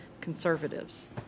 conservatives